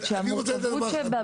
רוצה לדעת,